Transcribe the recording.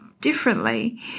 differently